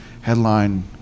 headline